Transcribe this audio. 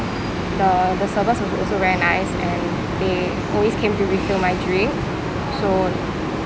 the the servers were also very nice and they always came to refill my drink so